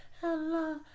Hello